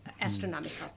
astronomical